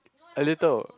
a little